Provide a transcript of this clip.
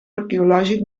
arqueològic